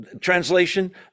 translation